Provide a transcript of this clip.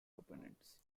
opponents